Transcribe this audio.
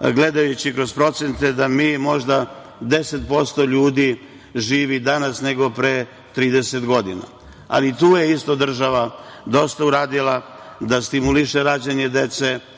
gledajući kroz procente da možda 10% ljudi živi danas nego pre 30 godina. Tu je isto država dosta uradila, da stimuliše rađanje dece.